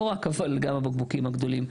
לא רק, אבל גם הבקבוקים הגדולים.